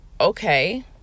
okay